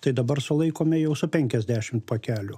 tai dabar sulaikome jau su penkiasdešim pakelių